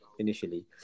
initially